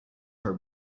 her